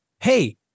hey